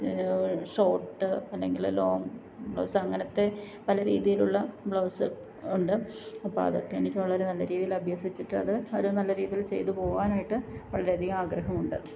shot അല്ലെങ്കിൽ long blouse അങ്ങനത്തെ പല രീതിയിലുള്ള ബ്ലൗസ് ഉണ്ട് അപ്പോൾ അതൊക്കെ എനിക്ക് വളരെ നല്ല രീതിയിൽ അഭ്യസിച്ചിട്ട് അത് ഒരു നല്ല രീതിയിൽ ചെയ്തു പോവാനായിട്ട് വളരെയധികം ആഗ്രഹമുണ്ട്